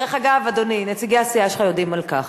דרך אגב, אדוני, נציגי הסיעה שלך יודעים על כך.